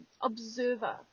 observer